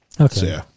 okay